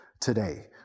today